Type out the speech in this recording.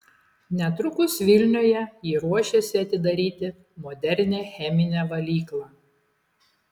netrukus vilniuje ji ruošiasi atidaryti modernią cheminę valyklą